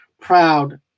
proud